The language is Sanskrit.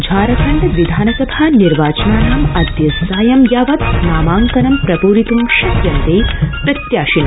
झारखण्ड विधानसभा निर्वाचनानां अदय सायं यावत प्रामांकनं प्रप्रितं शक्यन्ते प्रत्याशिन